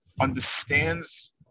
understands